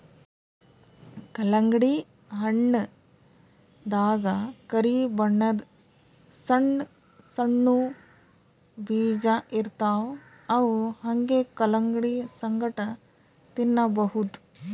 ಕಲ್ಲಂಗಡಿ ಹಣ್ಣ್ ದಾಗಾ ಕರಿ ಬಣ್ಣದ್ ಸಣ್ಣ್ ಸಣ್ಣು ಬೀಜ ಇರ್ತವ್ ಅವ್ ಹಂಗೆ ಕಲಂಗಡಿ ಸಂಗಟ ತಿನ್ನಬಹುದ್